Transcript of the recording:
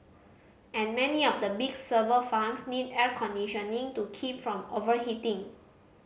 and many of the big server farms need air conditioning to keep from overheating